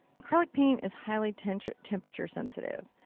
acrylic paint is highly temperature temperature sensitive.